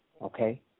Okay